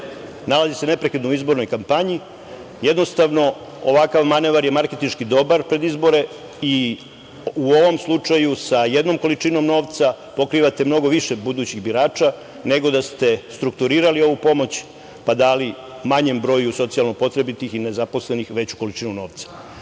nalazi se neprekidno u izbornoj kampanji, jednostavno ovakav manevar je marketinški dobar pred izbore i u ovom slučaju sa jednom količinom novca pokrivate mnogo više budućih birača, nego da ste strukturirali ovu pomoć, pa dali manjem broju socijalno potrebitih i nezaposlenih veću količinu novca. Znači,